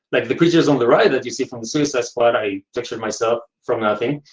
like the creatures on the right that you see from the suicide squad, i pictured myself from nothing.